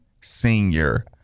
senior